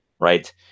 right